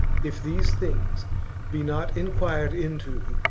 if these things be not enquired into,